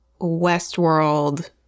Westworld